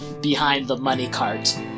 behind-the-money-cart